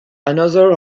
another